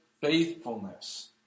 faithfulness